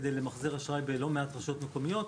כדי למחזר אשראי בלא מעט רשויות מקומיות.